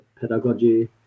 pedagogy